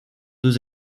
deux